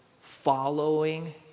following